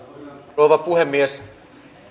rouva puhemies